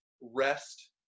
rest